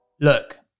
Look